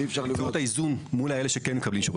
איזון מול אלה שכן מקבלים.